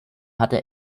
hatte